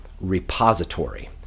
repository